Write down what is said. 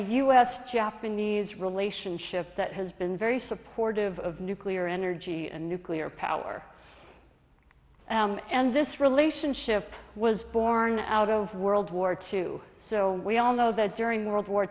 s japanese relationship that has been very supportive of nuclear energy and nuclear power and this relationship was born out of world war two so we all know that during world war